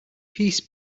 peace